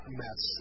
mess